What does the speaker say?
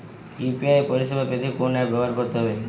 UPI পরিসেবা পেতে কোন অ্যাপ ব্যবহার করতে হবে?